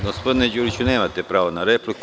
Gospodine Đuriću nemate pravo na repliku.